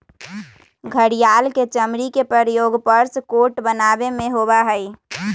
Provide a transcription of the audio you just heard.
घड़ियाल के चमड़ी के प्रयोग पर्स कोट बनावे में होबा हई